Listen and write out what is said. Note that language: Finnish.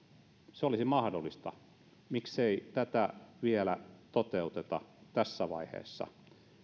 se olisi mahdollista miksei tätä toteuteta vielä tässä vaiheessa